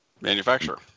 manufacturer